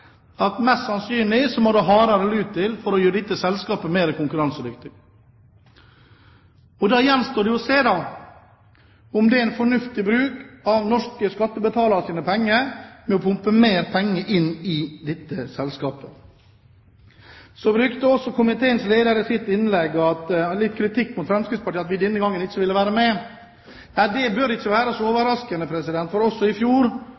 at mest sannsynlig må det hardere lut til for å gjøre dette selskapet mer konkurransedyktig. Da gjenstår det å se om det er en fornuftig bruk av norske skattebetaleres penger å pumpe mer penger inn i dette selskapet. Så kom komiteens leder i sitt innlegg med litt kritikk av Fremskrittspartiet fordi vi denne gangen ikke ville være med. Det bør ikke være så overraskende, for heller ikke i fjor